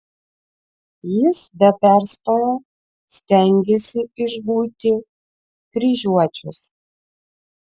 jis be perstojo stengėsi išguiti kryžiuočius